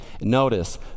Notice